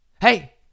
Hey